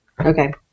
Okay